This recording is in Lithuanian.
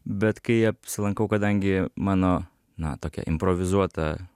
bet kai apsilankau kadangi mano na tokia improvizuota